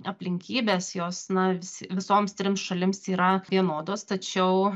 aplinkybės jos na vis visoms trims šalims yra vienodos tačiau